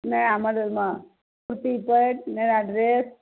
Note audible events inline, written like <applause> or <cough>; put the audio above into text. नया मॉडलमे सूती <unintelligible> नया ड्रेस